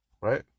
right